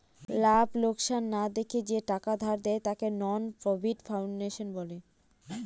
লাভ লোকসান না দেখে যে টাকা ধার দেয়, তাকে নন প্রফিট ফাউন্ডেশন বলে